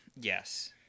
yes